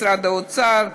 משרד האוצר,